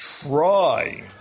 try